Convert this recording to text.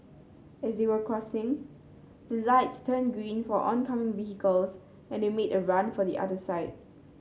as they were crossing the lights turned green for oncoming vehicles and they made a run for the other side